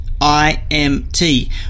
IMT